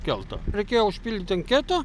keltą reikėjo užpildyt anketą